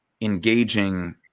engaging